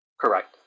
Correct